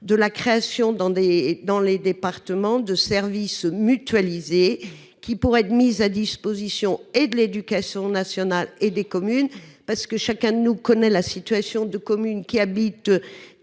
de la création dans des, dans les départements de services mutualisés. Qui pourraient être mises à disposition et de l'éducation nationale et des communes parce que chacun de nous connaît la situation de communes qui habitent